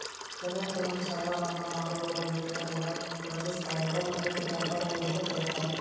ಕೆಲವು ಜನರು ಸಾಲ ಮನ್ನಾ ಮಾಡುವುದರ ವಿರುದ್ಧ ವಾದಿಸ್ತರ ಇದನ್ನು ನೈತಿಕ ಅಪಾಯ ಎಂದು ಕರೀತಾರ